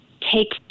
take